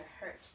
hurt